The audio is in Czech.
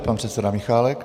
Pan předseda Michálek.